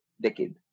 decade